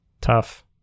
tough